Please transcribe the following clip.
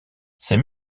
ses